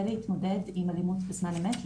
להתמודד עם אלימות בזמן אמת,